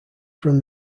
from